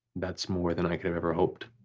that's more than i could have ever hoped.